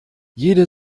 jede